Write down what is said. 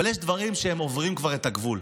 אבל יש דברים שהם עוברים כבר את הגבול.